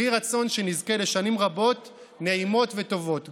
יהי רצון שנזכה לשנים רבות, נעימות וטובות.